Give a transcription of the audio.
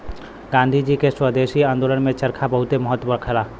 गांधी जी के स्वदेशी आन्दोलन में चरखा बहुते महत्व रहल